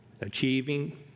achieving